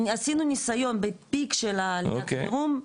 עשינו ניסיון בפיק של עליית החירום,